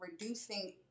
reducing